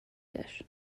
dish